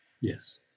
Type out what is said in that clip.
Yes